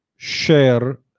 share